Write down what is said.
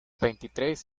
veintitrés